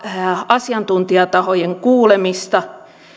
asiantuntijatahojen kuulemista